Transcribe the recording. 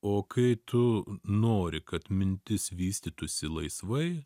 o kai tu nori kad mintis vystytųsi laisvai